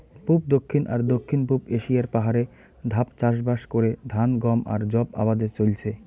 পুব, দক্ষিণ আর দক্ষিণ পুব এশিয়ার পাহাড়ে ধাপ চাষবাস করে ধান, গম আর যব আবাদে চইলচে